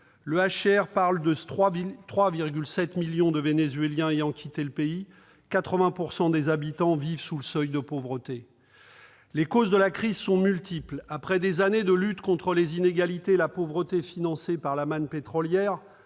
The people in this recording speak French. aujourd'hui de 3,7 millions de Vénézuéliens ayant quitté le pays et 80 % des habitants vivent sous le seuil de pauvreté. Les causes de la crise sont multiples. Après des années de lutte contre les inégalités et la pauvreté financées par la manne pétrolière,